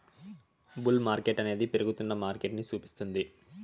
bull మార్కెట్టనేది పెరుగుతున్న మార్కెటని సూపిస్తుంది